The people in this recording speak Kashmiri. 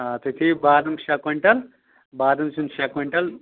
آ تُہۍ تھٲوِو بادام شیٚے کۄینٛٹل بادام زِیُن شیٚے کۄینٛٹل